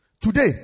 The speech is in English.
Today